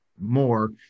more